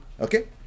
Okay